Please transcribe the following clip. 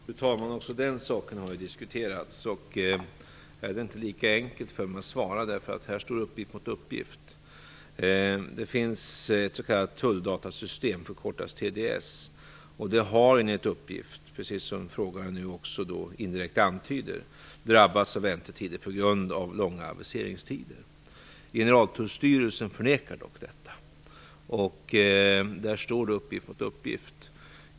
Fru talman! Också den saken har diskuterats. Här är det inte lika enkelt för mig att svara, därför att här står uppgift mot uppgift. Det finns ett s.k. tulldatasystem, förkortat TDS, som enligt uppgift har drabbats av väntetider, precis som frågaren nu indirekt antyder, på grund av långa aviseringstider. Generaltullstyrelsen förnekar dock detta, och uppgift står mot uppgift.